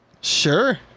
Sure